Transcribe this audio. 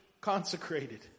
consecrated